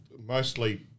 mostly